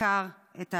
דקר את האנס.